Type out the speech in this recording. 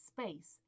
space